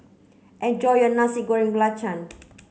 enjoy your Nasi Goreng Belacan